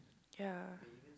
ya